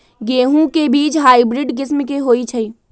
गेंहू के बीज हाइब्रिड किस्म के होई छई?